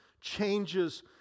changes